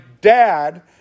dad